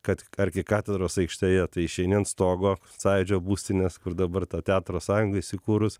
kad arkikatedros aikštėje tai išeini ant stogo sąjūdžio būstinės kur dabar ta teatro sąjunga įsikūrus